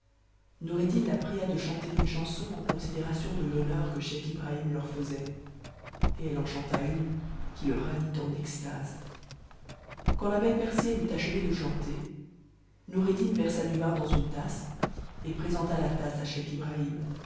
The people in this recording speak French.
noureddin a t'na de chanter une chanson en considération de l'honneur que scheich tbrahimieur faisait et elle en chanta une qui le ravit en extase quand la belle persienne eut achevé de chanter noureddin versa du dans une tasse et présenta la tasse à scheich ibrahim